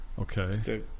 Okay